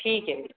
ٹھیک ہے